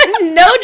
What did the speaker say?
No